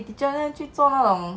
that career level